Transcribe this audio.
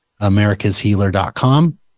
americashealer.com